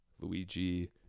Luigi